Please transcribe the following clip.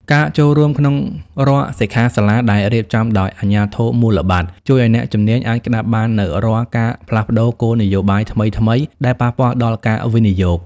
ការចូលរួមក្នុងរាល់សិក្ខាសាលាដែលរៀបចំដោយអាជ្ញាធរមូលបត្រ ជួយឱ្យអ្នកជំនាញអាចក្ដាប់បាននូវរាល់ការផ្លាស់ប្តូរគោលនយោបាយថ្មីៗដែលប៉ះពាល់ដល់ការវិនិយោគ។